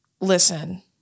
listen